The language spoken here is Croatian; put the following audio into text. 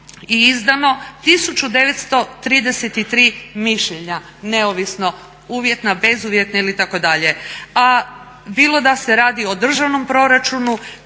i izdano 1933 mišljenja neovisno uvjetna, bezuvjetna ili itd. A bilo da se radi o državnom proračunu,